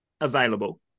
available